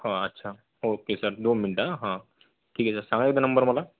हां अच्छा okay sir दोन मिनिटं हं ठीक आहे सर सांगा एकदा नंबर मला